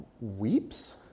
weeps